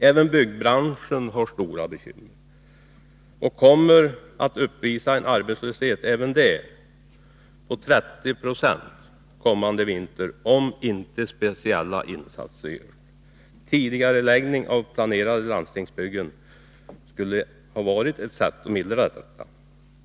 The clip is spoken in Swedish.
Även byggbranschen har stora bekymmer och kommer att uppvisa en arbetslöshet på över 30 26 kommande vinter om inte speciella insatser görs. Tidigareläggning av planerade landstingsbyggen skulle vara ett sätt att mildra detta.